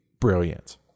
brilliant